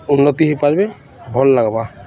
ଉନ୍ନତି ହେଇପାରିବ ଭଲ୍ ଲାଗ୍ବା